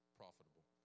profitable